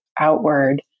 outward